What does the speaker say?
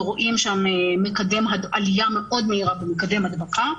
רואים שם עלייה מאוד מהירה במקדם הדבקה,